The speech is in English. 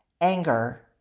anger